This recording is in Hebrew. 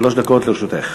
שלוש דקות לרשותך.